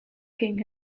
king